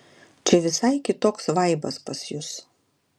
čia visai kitoks vaibas pas jus